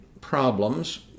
problems